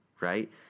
right